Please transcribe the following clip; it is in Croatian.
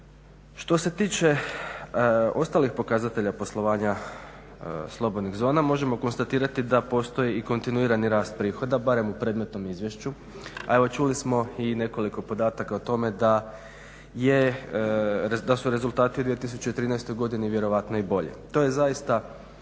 Što se tiče ostalih pokazatelja poslovanja slobodnih zona možemo konstatirati da postoje i kontinuirani rast prihoda barem u predmetnom izvješću a evo čuli smo i nekoliko podataka o tome da su rezultati 2013. godini vjerojatno i bolji. To je zaista